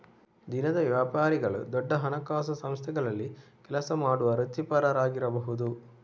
ದಿನದ ವ್ಯಾಪಾರಿಗಳು ದೊಡ್ಡ ಹಣಕಾಸು ಸಂಸ್ಥೆಗಳಲ್ಲಿ ಕೆಲಸ ಮಾಡುವ ವೃತ್ತಿಪರರಾಗಿರಬಹುದು